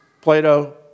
Plato